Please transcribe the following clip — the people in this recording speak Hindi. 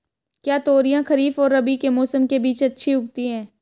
क्या तोरियां खरीफ और रबी के मौसम के बीच में अच्छी उगती हैं?